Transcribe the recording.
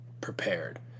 prepared